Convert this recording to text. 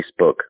Facebook